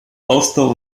ausdauer